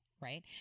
right